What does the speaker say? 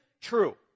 true